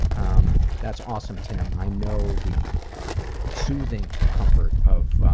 um, that's awesome, tim. i know the soothing comfort of um,